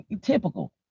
typical